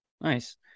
nice